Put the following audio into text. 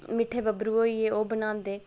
मिट्ठे बब्बरू होई गे ओह् बनांदे